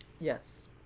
Yes